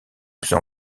plus